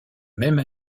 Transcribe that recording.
même